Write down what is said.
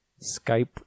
Skype